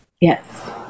Yes